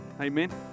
Amen